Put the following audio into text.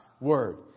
Word